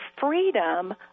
freedom